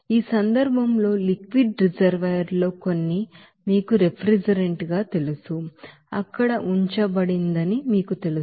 ఈ సందర్భంలో liquid reservoir లో కొన్ని మీకు రిఫ్రిజిరెంట్ తెలుసు అక్కడ ఉంచబడిందని మీకు తెలుసు